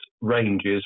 ranges